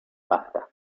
pasta